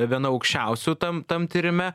viena aukščiausių tam tam tyrime